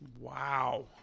wow